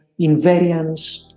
invariance